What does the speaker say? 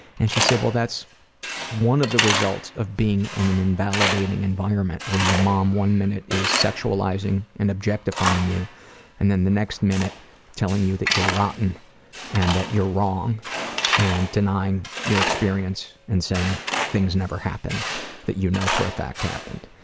and she said, well that's one of the results of being in an invalidating environment where your mom one minute is sexualizing and objectifying you and then the next minute telling you that you're rotten and that you're wrong and denying your experience and saying things never happened that you know for a fact happened.